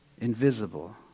invisible